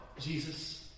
Jesus